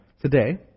today